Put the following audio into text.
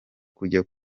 kujya